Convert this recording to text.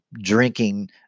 drinking